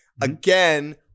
Again